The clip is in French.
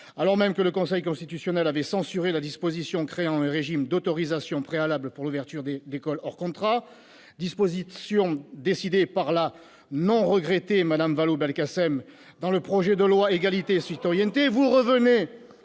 Alors même que le Conseil constitutionnel avait censuré la disposition créant un régime d'autorisation préalable pour l'ouverture d'écoles hors contrat, disposition décidée par la non regrettée Mme Vallaud-Belkacem ... Un peu de respect !... dans le projet de loi Égalité et citoyenneté, vous revenez